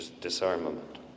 disarmament